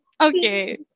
Okay